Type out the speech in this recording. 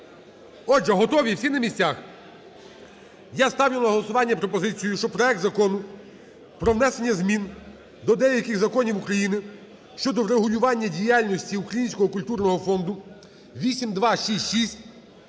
Отже, готові, всі на місцях? Я ставлю на голосування пропозицію, що проект Закону про внесення змін до деяких законів України щодо врегулювання діяльності Українського культурного фонду (8266)